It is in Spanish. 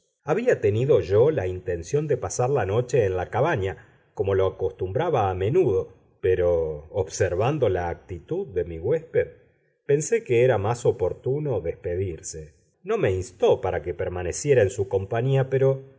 había tenido yo la intención de pasar la noche en la cabaña como lo acostumbraba a menudo pero observando la actitud de mi huésped pensé que era más oportuno despedirse no me instó para que permaneciera en su compañía pero